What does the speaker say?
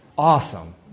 Awesome